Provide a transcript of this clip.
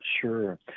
Sure